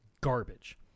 garbage